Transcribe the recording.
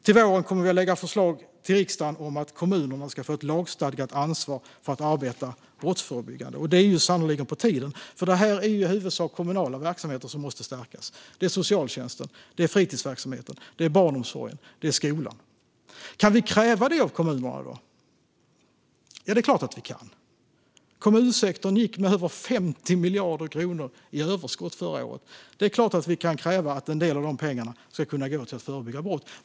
Till våren kommer vi att lägga fram förslag till riksdagen om att kommunerna ska få ett lagstadgat ansvar att arbeta brottsförebyggande, och det är sannerligen på tiden. Det är nämligen i huvudsak kommunala verksamheter som måste stärkas - socialtjänsten, fritidsverksamheten, barnomsorgen och skolan. Kan vi då kräva detta av kommunerna? Ja, det är klart att vi kan kräva det! Kommunsektorn gick med över 50 miljarder kronor i överskott förra året. Det är klart att vi kan kräva att en del av de pengarna ska gå till att förebygga brott.